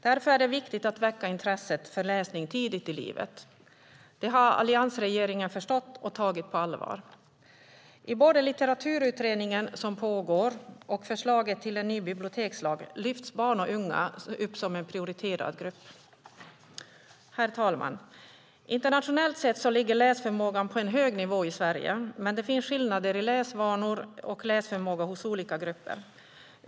Därför är det viktigt att väcka intresset för läsning tidigt i livet. Det har alliansregeringen förstått och tagit på allvar. I både Litteraturutredningen, som pågår, och förslaget till en ny bibliotekslag lyfts barn och unga upp som en prioriterad grupp. Herr talman! Internationellt sett ligger läsförmågan på en hög nivå i Sverige, men det finns skillnader i läsvanor och läsförmåga hos olika grupper.